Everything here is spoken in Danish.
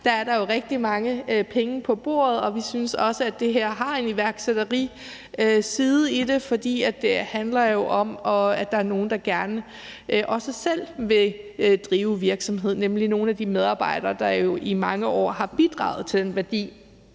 Der er der jo rigtig mange penge på bordet, og vi synes også, at det her har en iværksætteriside i sig, fordi det handler om, at der er nogle, der gerne selv vil drive virksomhed, nemlig nogle af de medarbejdere, der i mange år har bidraget til den værdi,